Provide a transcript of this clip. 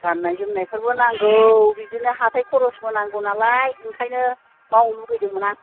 गान्नाय जोमनायफोरबो नांगौ बिदिनो हाथाय खरसबो नांगौ नालाय ओंखायनो मावनो लुगैदोंमोन आं